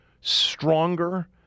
stronger